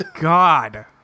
God